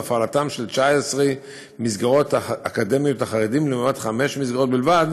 והפעלתן של 19 מסגרות אקדמיות לחרדים לעומת חמש מסגרות בלבד